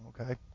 okay